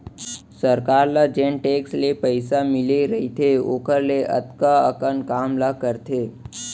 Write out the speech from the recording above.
सरकार ल जेन टेक्स ले पइसा मिले रइथे ओकर ले अतका अकन काम ला करथे